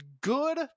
good